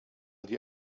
the